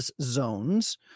zones